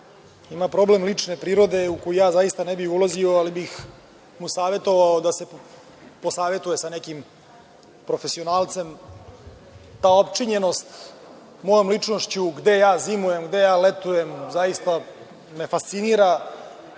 ima problem lične prirode u koji ja zaista ne bih ulazio, ali bih mu savetovao da se posavetuje sa nekim profesionalcem. Ta opčinjenost mojom ličnošću, gde ja zimujem, gde ja letujem, zaista me fascinira.